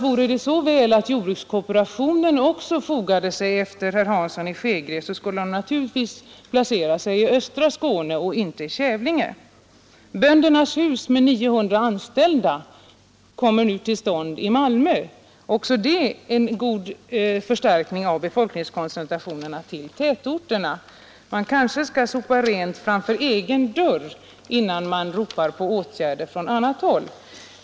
Vore det så väl att jordbrukskooperationen också fogade sig efter herr Hansson i Skegrie, skulle man naturligtvis placera sig i östra Skåne och inte i Kävlinge. Böndernas Hus med 900 anställda kommer nu till stånd i Malmö — också det en förstärkning av befolkningskoncentrationen till tätorterna. Man kanske skall sopa rent framför egen dörr innan man ropar på åtgärder från annat håll.